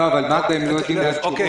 לא, אבל מד"א לא נותנים מייד תשובות.